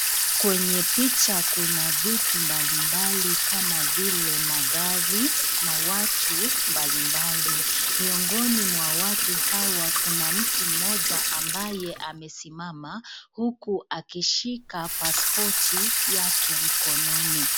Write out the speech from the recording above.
Kwenye picha kuna vitu mbalimbali kama vile magari, na watu mbalimbali. Miongoni mwa watu hawa kuna mtu mmoja ambaye amesimama, huku akishika paspoti yake mkononi.